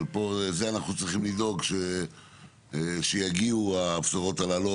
אבל אנחנו צריכים לדאוג שיגיעו הבשורות הללו,